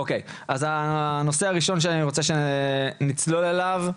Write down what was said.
הנושא הראשון שאני רוצה שנצלול אליו,